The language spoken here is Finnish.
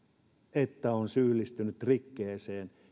että olisi syyllistynyt rikkeeseen